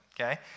okay